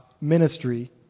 ministry